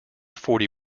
forty